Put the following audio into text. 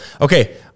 Okay